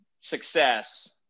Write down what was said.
success